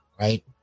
Right